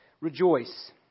rejoice